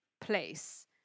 place